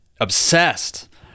obsessed